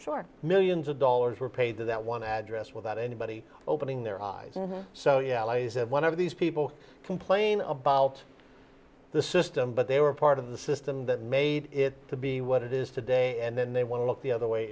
for millions of dollars were paid to that one address without anybody opening their eyes so yeah lazy one of these people complain about the system but they were part of the system that made it to be what it is today and then they want to look the other way